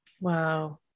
Wow